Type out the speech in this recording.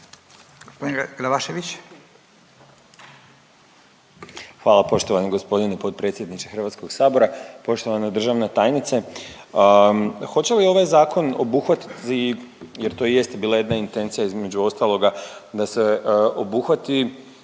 Hvala poštovani g. potpredsjedniče HS-a. Poštovana državna tajnice. Hoće li ovaj zakon obuhvatiti jer to i jeste bila jedna intencija između ostaloga da se obuhvati